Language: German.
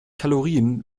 kalorien